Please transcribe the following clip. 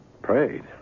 prayed